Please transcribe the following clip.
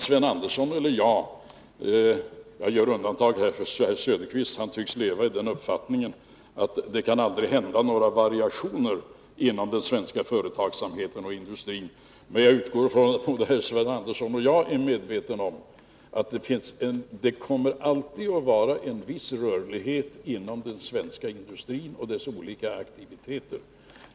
Sven Andersson och jag — jag gör undantag för Oswald Söderqvist, som tycks leva i den föreställningen att det aldrig kan ske några variationer inom den svenska företagsamheten och industrin — är medvetna om att det alltid kommer att finnas en viss rörlighet inom den svenska industrin och dess olika aktiviteter.